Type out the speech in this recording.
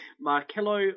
Marcelo